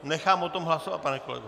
Nechám o tom hlasovat, pane kolego.